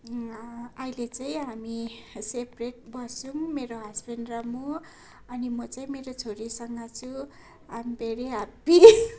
अहिले चाहिँ हामी सेपरेट बस्छौँ मेरो हस्बेन्ड र म अनि म चाहिँ मेरो छोरीसँग छु आई एम भेरी हेप्पी